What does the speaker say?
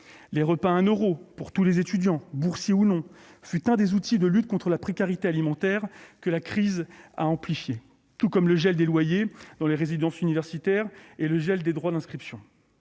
Les repas à un euro pour tous les étudiants, boursiers ou non, furent l'un des outils de lutte contre la précarité alimentaire, que la crise a amplifiée. Le gel des loyers dans les résidences universitaires et le gel des droits d'inscription